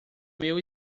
meu